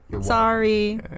Sorry